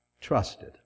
trusted